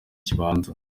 kibanza